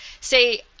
say